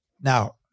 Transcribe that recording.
Now